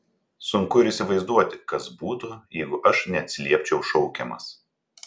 sunku ir įsivaizduoti kas būtų jeigu aš neatsiliepčiau šaukiamas